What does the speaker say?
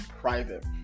private